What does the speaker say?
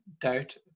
doubt